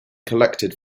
collected